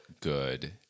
good